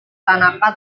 tanaka